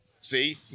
see